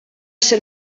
ser